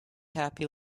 happy